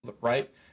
right